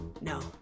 No